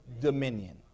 dominion